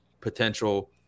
potential